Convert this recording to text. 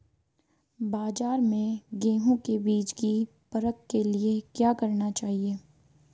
बाज़ार में गेहूँ के बीज की परख के लिए क्या करना चाहिए?